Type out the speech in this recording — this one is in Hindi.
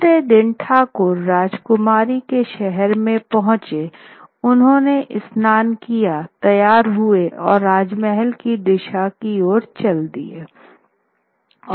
तीसरे दिन ठाकुर राजकुमारी के शहर में पहुंचे उन्होंने स्नान किया तैयार हुए और राजमहल की दिशा में आगे गए